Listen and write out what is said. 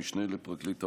המשנה לפרקליט המדינה,